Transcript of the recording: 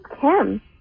Kim